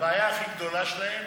הבעיה הכי גדולה שלהם